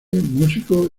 músico